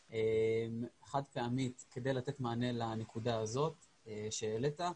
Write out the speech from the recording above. חד פעמית כדי לתת מענה לנקודה הזאת שהעלית.